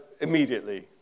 immediately